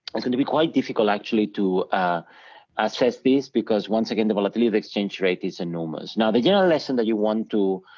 going to be quite difficult actually to assess this, because once again, the volatility of exchange rate is enormous. now, the general lesson that you want to,